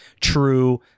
true